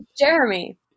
Jeremy